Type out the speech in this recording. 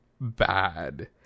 bad